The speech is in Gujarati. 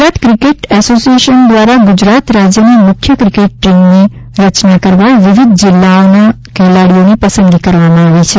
ગુજરાત ક્રિકેટ એસોસિએશન દ્વારા ગુજરાત રાજ્યની મુખ્ય ક્રિકેટ ટીમની રચના કરવા વિવિધ જિલ્લાઓના ખેલાડીઓની પસંદગી કરવામાં આવી રહી છે